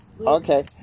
Okay